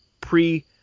pre